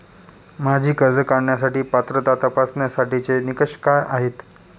माझी कर्ज काढण्यासाठी पात्रता तपासण्यासाठीचे निकष काय आहेत?